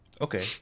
Okay